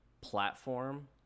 platform